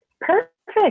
Perfect